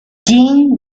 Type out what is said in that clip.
jean